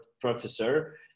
professor